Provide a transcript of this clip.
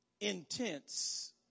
Intense